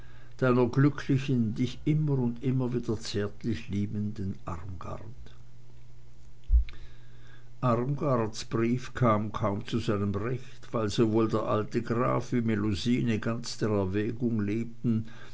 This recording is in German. glücklichen dich immer und immer wieder zärtlich liebenden armgard armgards brief kam kaum zu seinem recht weil sowohl der alte graf wie melusine ganz der erwägung lebten